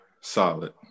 solid